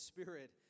Spirit